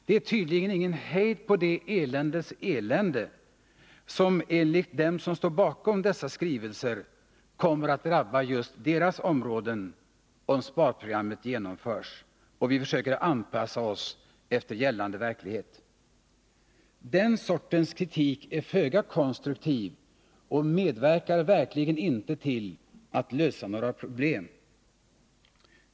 Det är tydligen ingen hejd på det eländes elände, som enligt dem som står bakom dessa skrivelser kommer att drabba just deras områden, om sparprogrammet genomförs och vi försöker anpassa oss efter gällande verklighet. Den sortens kritik är föga konstruktiv och medverkar verkligen inte till att lösa några problem.